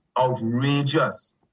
outrageous